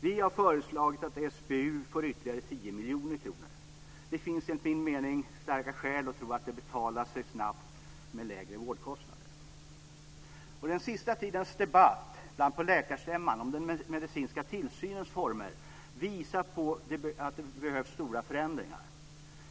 Vi har föreslagit att SBU får ytterligare 10 miljoner kronor. Det finns enligt min mening starka skäl att tro att detta betalar sig snabbt med lägre vårdkostnader. Den senaste tidens debatt på läkarstämman om den medicinska tillsynens former visar på stora behov av förändringar.